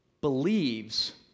believes